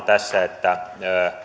tässä että